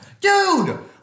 Dude